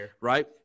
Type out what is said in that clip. right